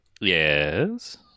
Yes